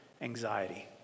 anxiety